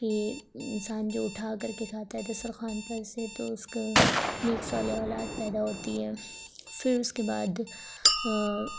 کہ انسان جو اٹھا کر کے کھاتا ہے دسترخوان پر سے تو اس کو نیک صالح اولاد پیدا ہوتی ہے پھر اس کے بعد